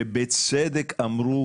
שבצדק אמרו